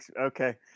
Okay